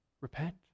repent